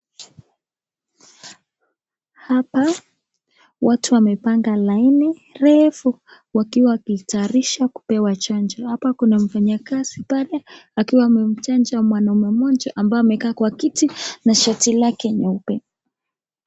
Hapa watu wamepanga laini refu wakiwa wakitayarisha kupewa dawa ya chanjo, hapa kuna mfanya kazi pale akiwa amemchanja mwanaume mmoja ambaye amekaa kwa kiti na shati lake nyeupe.